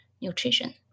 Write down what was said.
nutrition